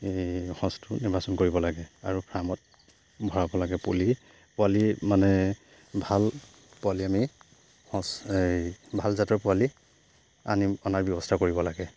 এই সঁচটো নিৰ্বাচন কৰিব লাগে আৰু ফাৰ্মত ভৰাব লাগে পুলি পোৱালি মানে ভাল পোৱালি আমি সঁচ এই ভাল জাতৰ পোৱালি আনি অনাৰ ব্যৱস্থা কৰিব লাগে